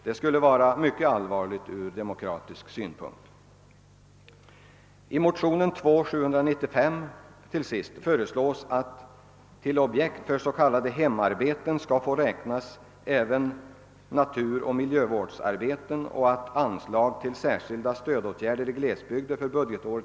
Det skulle vara mycket allvarligt från demokratisk synpunkt.